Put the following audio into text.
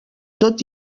tot